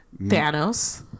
Thanos